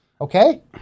Okay